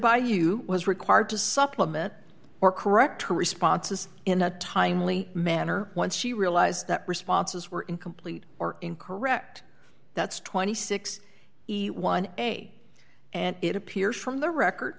by you was required to supplement or correct responses in a timely manner once she realized that responses were incomplete or incorrect that's two hundred and sixty one day and it appears from the record